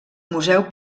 museu